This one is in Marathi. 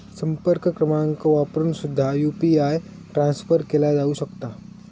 संपर्क क्रमांक वापरून सुद्धा यू.पी.आय ट्रान्सफर केला जाऊ शकता